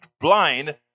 blind